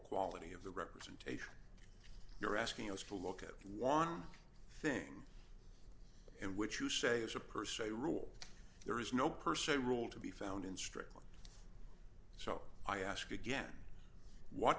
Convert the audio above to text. quality of the representation you're asking us to look at one thing in which you say as a person a rule there is no per se rule to be found in strictly so i ask again what